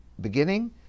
beginning